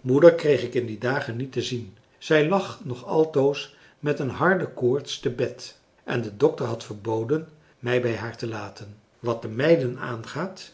moeder kreeg ik in die dagen niet te zien zij lag nog altoos met een harde koorts te bed en de dokter had verboden mij bij haar te laten wat de meiden aangaat